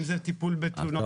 אם זה טיפול בתלונות.